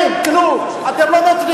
אין כלום, אתם לא מצביעים.